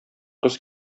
кыз